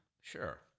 Sure